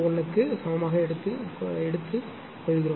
01 க்கு எடுத்துச் செல்லுங்கள்